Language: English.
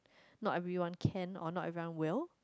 not everyone can and not everyone will